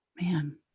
Man